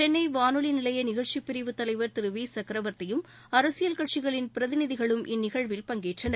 சென்னை வானொவி நிலைய நிகழ்ச்சிப் பிரிவுத் தலைவர் திரு வி சக்ரவர்த்தியும் அரசியல் கட்சிகளின் பிரதிநிதிகளும் இந்நிகழ்வில் பங்கேற்றனர்